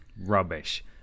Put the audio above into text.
Rubbish